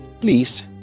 please